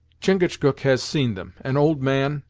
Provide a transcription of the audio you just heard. chingachgook has seen them. an old man,